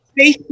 Facebook